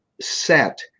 set